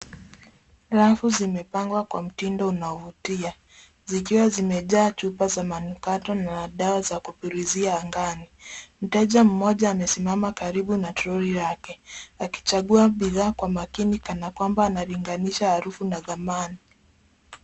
Rafu zimepangwa kwa mtindo unaovutia, zikiwa zimejaa chupa za manukato na dawa za kupulizia angani. Mteja mmoja amesimama karibu na troli lake, akichagua bidhaa kwa makini kana kwamba analinganisha harufu na thamani.